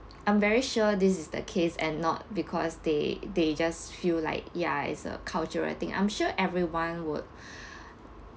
I'm very sure this is the case and not because they they just feel like ya it's a cultural thing I'm sure everyone would